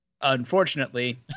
Unfortunately